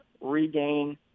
regain